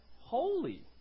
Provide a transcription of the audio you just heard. holy